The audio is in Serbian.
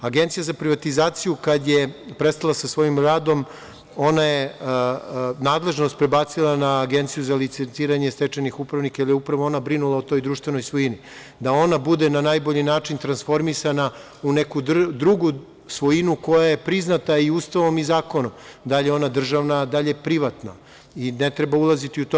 Agencija za privatizaciju, kad je prestala sa svojim radom, je nadležnost prebacila na Agenciju za licenciranje stečajnih upravnika, jer je upravo ona brinula o toj društvenoj svojini, da ona bude na najbolji način transformisana u neku drugu svojinu koja je priznata Ustavom i zakonom, da li je ona državna, da li je privatna i ne treba ulaziti u to.